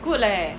good leh